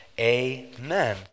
Amen